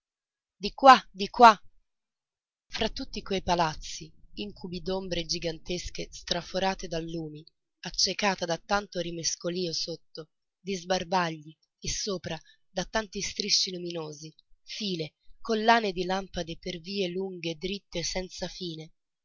di qua di qua fra tutti quei palazzi incubi d'ombre gigantesche straforate da lumi accecata da tanto rimescolio sotto di sbarbagli e sopra da tanti strisci luminosi file collane di lampade per vie lunghe diritte senza fine